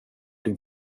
din